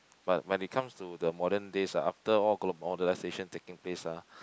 but but they comes to the modern days ah after all globalization taking place ah